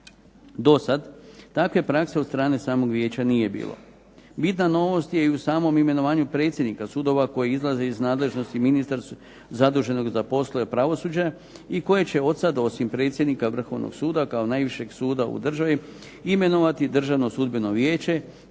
Dosad takve prakse od strane samog vijeća nije bilo. Bitna novost je i u samom imenovanju predsjednika sudova koji izlaze iz nadležnosti ministra zaduženog za poslove pravosuđa, i koje će odsad osim predsjednika Vrhovnog suda kao najvišeg suda u državi imenovati Državno sudbeno vijeće